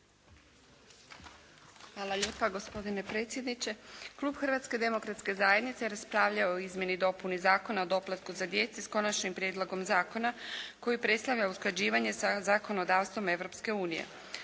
Hvala lijepa gospodine predsjedniče. Klub Hrvatske demokratske zajednice raspravljao je o izmjeni i dopuni Zakona o doplatku za djecu s konačnim prijedlogom zakona koji predstavlja usklađivanje sa zakonodavstvom Europske unije.